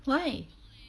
why